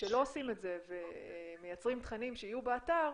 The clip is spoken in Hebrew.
כשלא עושים את זה ומייצרים תכנים שיהיו באתר,